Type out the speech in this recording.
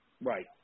Right